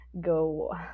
go